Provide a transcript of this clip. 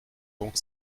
donc